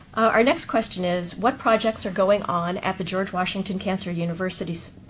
our next question is, what projects are going on at the george washington cancer university,